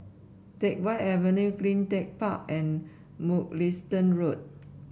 Teck Whye Avenue CleanTech Park and Mugliston Road